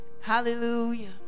Hallelujah